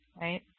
right